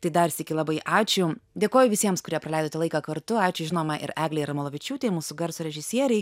tai dar sykį labai ačiū dėkoju visiems kurie praleidote laiką kartu ačiū žinoma ir eglei jarmalavičiūtei mūsų garso režisierei